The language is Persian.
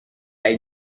این